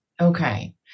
Okay